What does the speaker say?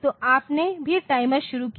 तो आपने भी टाइमर शुरू किया